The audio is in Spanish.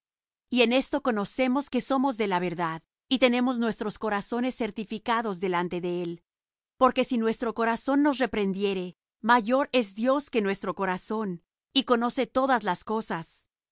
y en esto conocemos que somos de la verdad y tenemos nuestros corazones certificados delante de él porque si nuestro corazón nos reprendiere mayor es dios que nuestro corazón y conoce todas las cosas